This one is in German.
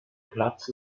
platz